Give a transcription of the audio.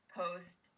post